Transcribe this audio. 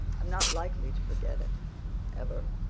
i'm not likely to forget it ever.